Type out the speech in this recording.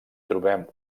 trobem